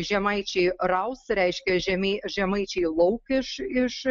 žemaičiai raus reiškia žemi žemaičiai lauk iš iš